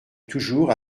toujours